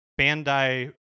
Bandai